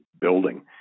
building